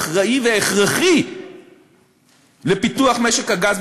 אחראי והכרחי לפיתוח משק הגז,